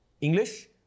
English